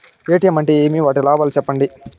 ATM అంటే ఏమి? వాటి లాభాలు సెప్పండి?